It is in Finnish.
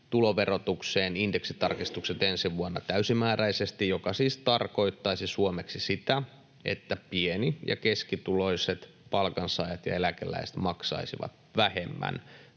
tuloverotukseen indeksitarkistukset ensi vuonna täysimääräisesti, mikä siis tarkoittaisi suomeksi sitä, että pieni- ja keskituloiset palkansaajat ja eläkeläiset maksaisivat vähemmän